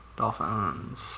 Dolphins